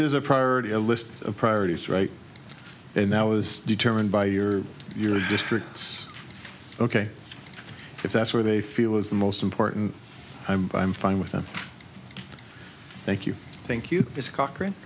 is a priority a list of priorities right now as determined by your your district's ok if that's where they feel is the most important i'm i'm fine with them thank you thank you ms cochran